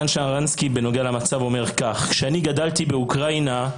הוא אמר כך: כשאני גדלתי באוקראינה,